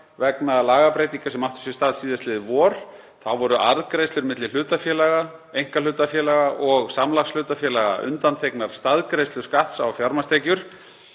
vegna lagabreytinga sem áttu sér stað síðastliðið vor. Þá voru arðgreiðslur milli hlutafélaga, einkahlutafélaga og samlagshlutafélaga undanþegnar staðgreiðslu skatts á fjármagnstekjur.